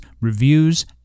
reviews